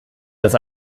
das